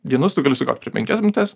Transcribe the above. vienus tu gali sugaut per penkias minutes